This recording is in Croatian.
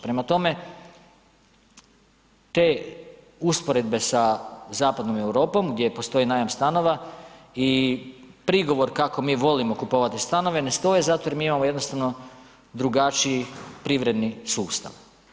Prema tome, te usporedbe sa zapadnom Europom gdje postoji najam stanova i prigovor kako mi volimo kupovati stanove ne stoje zato jer mi imamo jednostavno drugačiji privredni sustav.